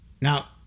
Now